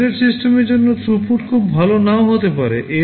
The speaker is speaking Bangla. এম্বেডেড সিস্টেমের জন্য থ্রুপুট খুব ভাল নাও হতে পারে